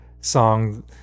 song